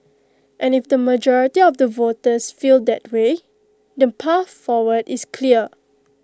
and if the majority of the voters feel that way the path forward is clear